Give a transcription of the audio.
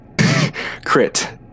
Crit